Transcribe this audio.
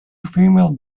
female